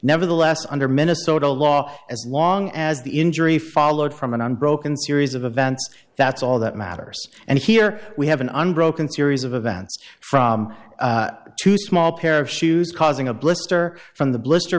nevertheless under minnesota law as long as the injury followed from an unbroken series of events that's all that matters and here we have an unbroken series of events from two small pair of shoes causing a blister from the bli